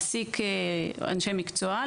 שמעסיק אנשי מקצוע,